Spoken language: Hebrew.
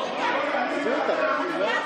אדוני היושב-ראש,